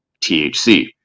THC